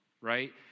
right